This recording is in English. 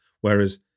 whereas